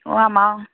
অ' আমাৰো